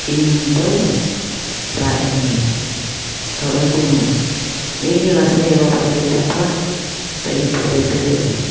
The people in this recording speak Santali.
ᱤᱧᱫᱚᱭ ᱨᱟᱜ ᱟᱹᱧ ᱜᱮᱭᱟ ᱛᱳ ᱟᱹᱰᱤ ᱢᱚᱡᱽ ᱤᱧ ᱱᱟᱥᱮᱱᱟᱜ ᱤᱧ ᱨᱚᱲ ᱞᱮᱠᱷᱟᱱᱜᱮ ᱴᱮᱯᱨᱟ ᱛᱳ ᱤᱧᱴᱷᱮᱱ ᱫᱚᱭ ᱫᱟᱹᱲ ᱟᱹᱜᱩᱭᱟ